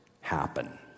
happen